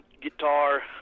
guitar